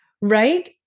right